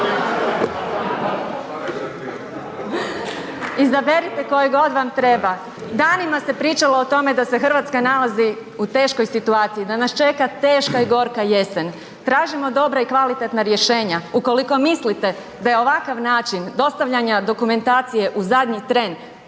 Izaberite koji god vam treba. Danima se pričalo o tome da se RH nalazi u teškoj situaciji, da nas čeka teška i gorka jesen, tražimo dobra i kvalitetna rješenja. Ukoliko mislite da je ovakav način dostavljanja dokumentacije u zadnji tren